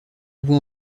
vous